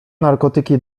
narkotyki